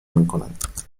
میکنند